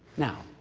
now,